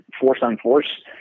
force-on-force